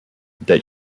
that